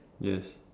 yes